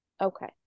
Okay